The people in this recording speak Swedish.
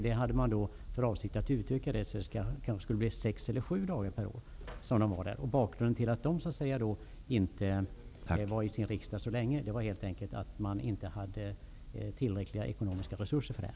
De hade för avsikt att utöka detta till sex, sju dagar. Bakgrunden till att dessa ledamöter inte var i riksdagen så länge, var att det inte fanns tillräckliga ekonomiska resurser för det.